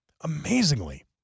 amazingly